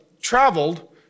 traveled